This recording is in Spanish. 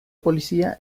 policía